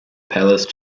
palace